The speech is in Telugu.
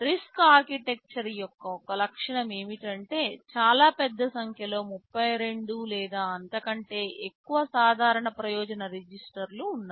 RISC ఆర్కిటెక్చర్ యొక్క ఒక లక్షణం ఏమిటంటే చాలా పెద్ద సంఖ్యలో 32 లేదా అంతకంటే ఎక్కువ సాధారణ ప్రయోజన రిజిస్టర్లు ఉన్నాయి